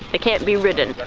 it can't be ridden.